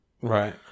Right